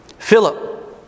Philip